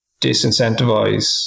disincentivize